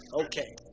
Okay